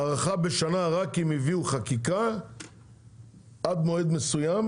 הארכה בשנה רק אם הביאו חקיקה עד מועד מסוים,